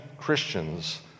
Christians